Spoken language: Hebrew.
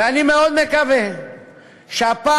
ואני מאוד מקווה שהפעם,